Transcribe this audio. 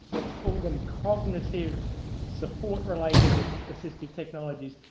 let's call them cognitive support related assistive technologies,